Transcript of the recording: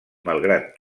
malgrat